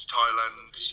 Thailand